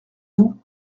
vous